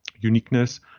uniqueness